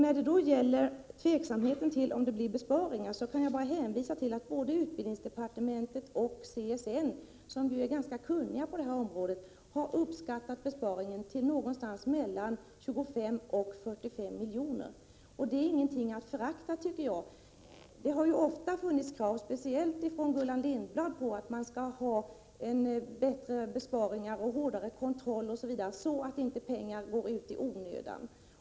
När det gäller tveksamheten om huruvida det blir besparingar kan jag hänvisa till att både utbildningsdepartementet och CSN, vilka är ganska kunniga på detta område, har uppskattat besparingen till 25—45 milj.kr. Det är inte att förakta, tycker jag. Det har ofta framställts krav, speciellt från Gullan Lindblad, på besparingar och hårdare kontroll så att pengar inte går åt i onödan.